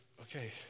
okay